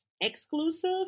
exclusive